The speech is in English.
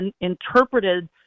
interpreted